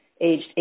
aged